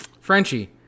Frenchie